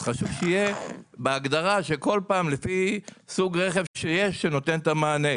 אז חשוב שיהיה בהגדרה שכל פעם לפי סוג רכב שיש שנותן את המענה,